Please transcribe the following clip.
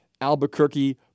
Albuquerque